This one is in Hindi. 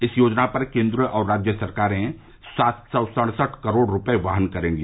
इस योजना पर केंद्र और राज्य सरकारें सात सौ सड़सठ करोड़ रुपये वहन करेंगी